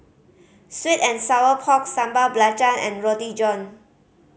sweet and sour pork Sambal Belacan and Roti John